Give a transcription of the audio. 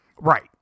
Right